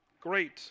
Great